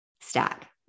stack